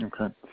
Okay